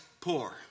poor